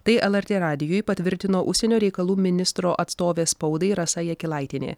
tai lrt radijui patvirtino užsienio reikalų ministro atstovė spaudai rasa jakilaitienė